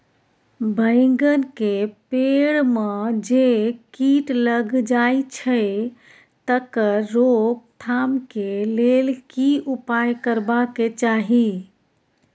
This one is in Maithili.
बैंगन के पेड़ म जे कीट लग जाय छै तकर रोक थाम के लेल की उपाय करबा के चाही?